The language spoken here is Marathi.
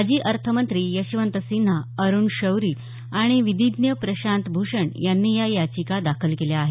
माजी अर्थमंत्री यशवंत सिन्हा अरुण शौरी आणि विधीज्ञ प्रशांत भूषण यांनी या याचिका दाखल केल्या आहेत